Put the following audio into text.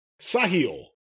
Sahil